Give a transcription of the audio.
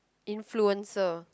influencer